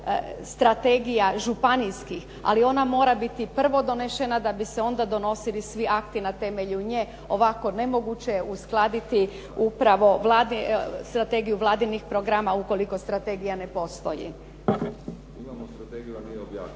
strategija županijskih, ali ona mora biti prvo donesena da bi se onda donosili svi akti na temelju nje. Ovako nemoguće je uskladiti upravo strategiju Vladinih programa ukoliko strategija ne postoji.